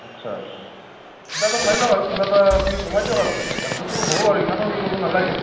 আচ্ছা কিবা এটা চাই লওক আৰু কিবা এটা আপুনি কমাই দিয়ক আৰু বাকীটো হ'ব আৰু ইমানো সেই কৰিব নালাগে